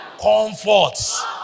comforts